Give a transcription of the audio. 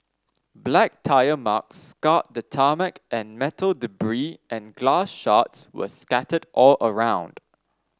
black tyre marks scarred the tarmac and metal and glass shards were scattered all around